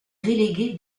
relégué